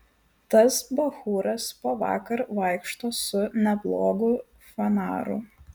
tas bachūras po vakar vaikšto su neblogu fanaru